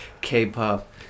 k-pop